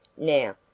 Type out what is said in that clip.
now,